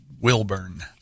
Wilburn